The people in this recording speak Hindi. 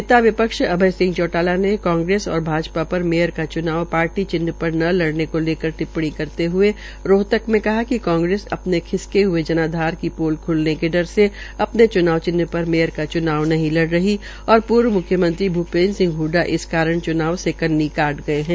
नेता विपक्ष अभय सिंह चौटाला ने कांग्रेस और भाजपा दवारा मेयर का च्नाव पार्टी चिन्ह पर न लड़ने को लेकर दिप्पणी करते हए रोहतक में कहा कि कांग्रेस अपने खिसके हुए जनाधार की पोल ख्लने के डर से अपने अपने चुनाव चिन्ह पर मेयर का चुनाव नहीं लड़ रही और पुर्व म्ख्यमंत्री भूपेन्द्र सिंह हडडा इस कारण च्नाव से कन्नी काट गये है